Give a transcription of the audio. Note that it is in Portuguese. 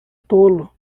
tolo